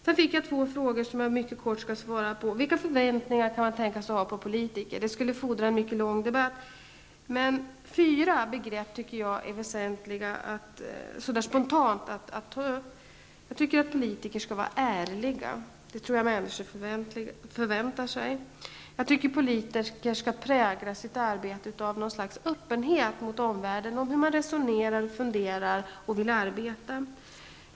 Jag fick två frågor som jag skall svara mycket kortfattat på. Den första frågan gällde vilka förväntningar man kan ha på politiker. Svaret på den frågan skulle egentligen fordra en mycket lång debatt. Jag tycker dock spontant att fyra begrepp är väsentliga att ta upp. Jag tycker att politiker skall vara ärliga. Det tror jag att människor förväntar sig. Jag tycker att politikers arbete skall präglas av en öppenhet gentemot omvärlden om hur man resonerar, funderar och vill arbeta.